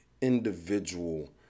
individual